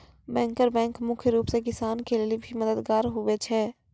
banker bank मुख्य रूप से किसान के लेली भी मददगार हुवै छै